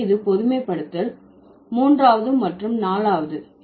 எனவே இது பொதுமைப்படுத்தல் 3வது மற்றும் 4வது